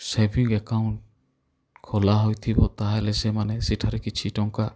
saving account ଖୋଲା ହୋଇଥିବ ତାହେଲେ ସେମାନେ ସେଠାରେ କିଛି ଟଙ୍କା